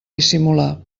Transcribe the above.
dissimular